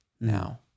now